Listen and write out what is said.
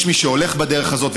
יש מי שהולך בדרך הזאת,